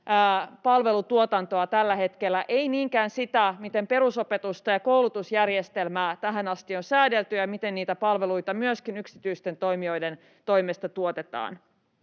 palvelutuotantoa tällä hetkellä, ei niinkään sitä, miten perusopetusta ja koulutusjärjestelmää tähän asti on säädelty ja miten niitä palveluita myöskin yksityisten toimijoiden toimesta tuotetaan.